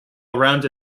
around